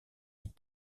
est